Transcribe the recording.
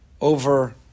over